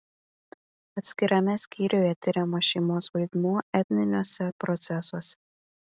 atskirame skyriuje tiriamas šeimos vaidmuo etniniuose procesuose